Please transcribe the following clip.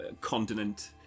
continent